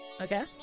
Okay